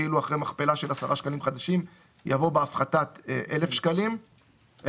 כאילו אחרי "מכפלה של 10 שקלים חדשים" בא "בהפחתת אלף שקלים חדשים";